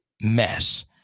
mess